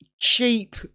cheap